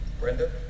Brenda